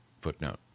Footnote